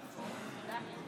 בסדר.